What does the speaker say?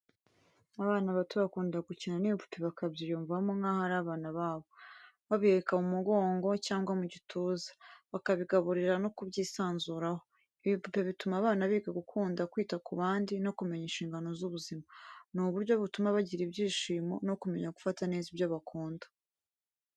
Abana bato bakunda gukina n’ibipupe bakabyiyumvamo nkaho ari abana babo. Babiheka mu mugongo cyangwa mu gituza, bakabigaburira no kubyisanzuraho. Ibi bipupe bituma abana biga gukunda kwita ku bandi no kumenya inshingano z’ubuzima. Ni uburyo butuma bagira ibyishimo no kumenya gufata neza ibyo bakunda.